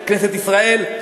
כנסת ישראל?